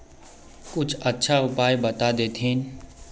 कुछ अच्छा उपाय बता देतहिन?